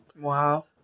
Wow